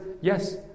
yes